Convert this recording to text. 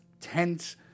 tense